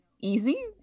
easy